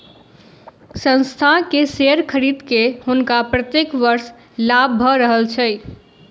संस्थान के शेयर खरीद के हुनका प्रत्येक वर्ष लाभ भ रहल छैन